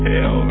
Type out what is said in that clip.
Hell